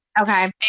Okay